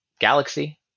galaxy